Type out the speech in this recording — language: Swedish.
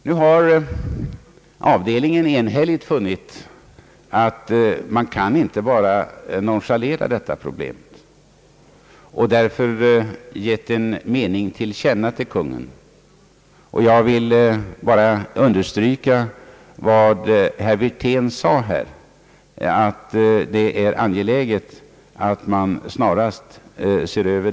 Nu har avdelningen enhälligt funnit att man inte bara kan nonchalera detta problem utan önskat ge en mening till känna för Kungl. Maj:t. Jag vill endast understryka vad herr Wirtén sade, nämligen att det är angeläget att dessa frågor snarast ses över.